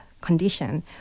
condition